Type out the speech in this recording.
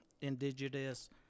indigenous